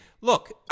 Look